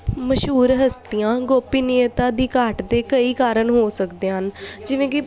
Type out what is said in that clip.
ਮਸ਼ਹੂਰ ਹਸਤੀਆਂ ਗੋਪਨੀਯਤਾ ਦੀ ਘਾਟ ਦੇ ਕਈ ਕਾਰਣ ਹੋ ਸਕਦੇ ਹਨ ਜਿਵੇਂ ਕਿ